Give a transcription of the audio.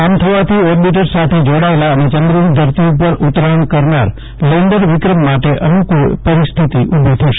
આમ થવાથી ઓબીટર સાથે જોડાયેલ અને ચંદ્રની ધરતી ઉપર ઉતરાણ કરનાર લેન્ડર વિક્રમ માટે અનુકુળ પરિસ્થિતિ ઉભી થશે